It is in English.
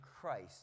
Christ